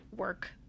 work